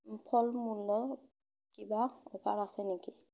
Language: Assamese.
ফলমূলত কিবা অ'ফাৰ আছে নেকি